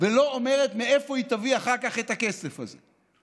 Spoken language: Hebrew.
ולא אומרת מאיפה היא תביא אחר כך את הכסף הזה.